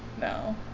No